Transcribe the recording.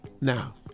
Now